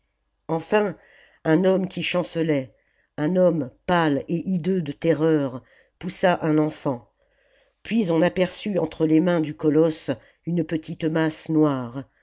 enfin un homme qui chancelait un homme pâle et hideux de terreur poussa un enfant puis on aperçut entre les mains du colosse une petite masse noire